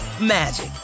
magic